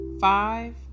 Five